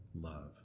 love